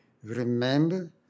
Remember